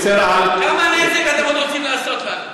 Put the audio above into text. כמה נזק אתם עוד רוצים לעשות לנו?